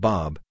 Bob